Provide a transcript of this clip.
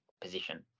position